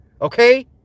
Okay